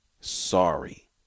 sorry